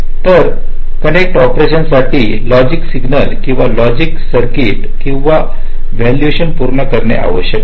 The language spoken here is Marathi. तर करेक्ट ऑपरेशन साठी लॉजिक सिग्नल किंवा लॉजिक सर्कटरी किंवा त्याचे व्हॅल्युएशन पूर्ण करणे आवश्यक आहे